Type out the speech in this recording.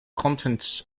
contents